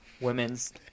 women's